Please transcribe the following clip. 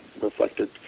reflected